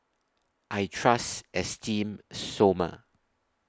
I Trust Esteem Stoma